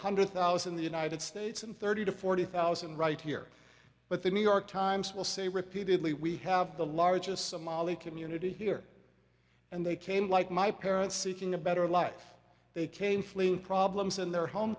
hundred thousand the united states and thirty to forty thousand right here but the new york times will say repeatedly we have the largest somali community here and they came like my parents seeking a better life they came fleeing problems in their home